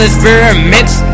Experiments